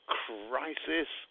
crisis